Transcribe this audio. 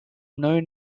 known